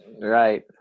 Right